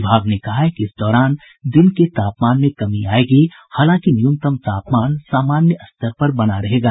विभाग ने कहा है कि इस दौरान दिन के तापमान में कमी आयेगी हालांकि न्यूनतम तापमान सामान्य स्तर पर बना रहेगा